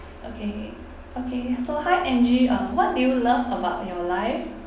okay okay so hi angie uh what do you love about your life